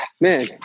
man